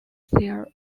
their